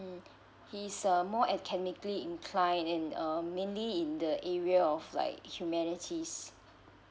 mm he's more academically incline in um mainly in the area of like humanities